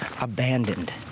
abandoned